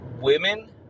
Women